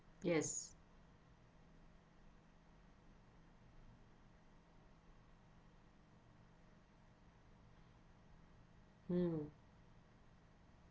yes mm